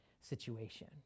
situation